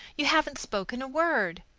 you haven't spoken a word.